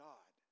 God